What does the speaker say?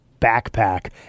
backpack